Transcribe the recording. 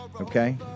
okay